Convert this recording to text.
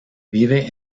vive